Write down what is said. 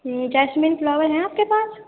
ہوں jasmine flower ہیں آپ کے پاس